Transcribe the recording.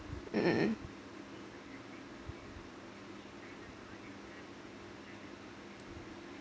um